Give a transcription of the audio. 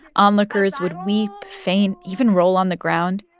onlookers would weep, faint, even roll on the ground.